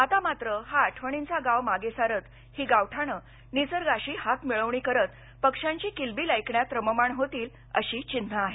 आता मात्र हा आठवणींचा गाव मागे सारत ही गावठाणं निसर्गाशी हातमिळवणी करत पक्षांची किलबिल ऐकण्यात रममाण होतील अशी चिन्हं आहेत